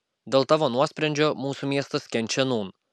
dėl tavo nuosprendžio mūsų miestas kenčia nūn